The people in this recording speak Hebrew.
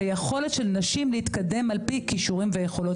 ביכולת של נשים להתקדם על פי כישורים ויכולות,